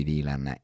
Dylan